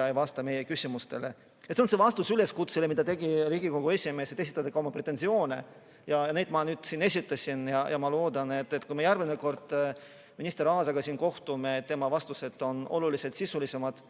ei vasta meie küsimustele. See oli vastus üleskutsele, mille tegi Riigikogu esimees, et võib esitada ka pretensioone. Ja neid ma nüüd siin esitasin. Loodan, et kui me järgmine kord minister Aasaga kohtume, siis tema vastused on oluliselt sisulisemad